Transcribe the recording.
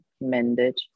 mended